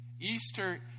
Easter